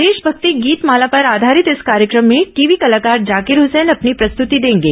देशमक्ति गीत माला पर आधारित इस कार्यक्रम में टीवी कलाकार जाकिर हसैन अपनी प्रस्तृति देंगे